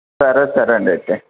సరే సరేండి అయితే